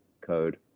code